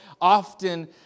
often